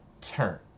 turn